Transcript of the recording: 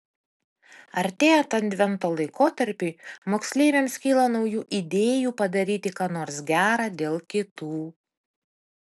artėjant advento laikotarpiui moksleiviams kyla naujų idėjų padaryti ką nors gera dėl kitų